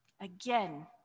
Again